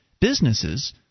Businesses